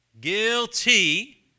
Guilty